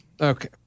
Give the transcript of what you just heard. Okay